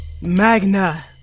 Magna